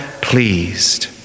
pleased